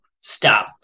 stop